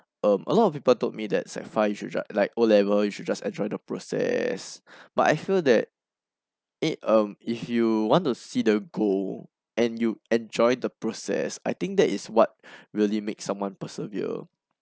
um a lot of people told me that sec five you should just like O level you should enjoy the process but I feel that eh if um you want to see the goal and you enjoy the process I think that is what really make someone persevere